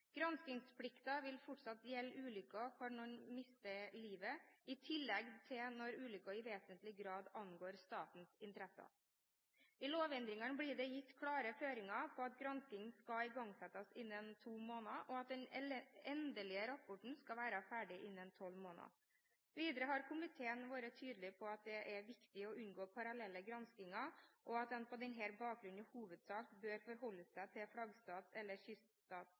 vil fortsatt gjelde ulykker der noen mister livet, og, i tillegg, når ulykken i vesentlig grad angår statens interesser. I lovendringen blir det gitt klare føringer for at gransking skal igangsettes innen to måneder, og at den endelige rapporten skal være ferdig innen tolv måneder. Videre har komiteen vært tydelig på at det er viktig å unngå parallelle granskinger, og at en på denne bakgrunn i hovedsak bør forholde seg til flaggstats- eller